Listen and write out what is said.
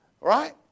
right